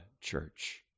church